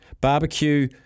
Barbecue